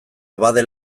abade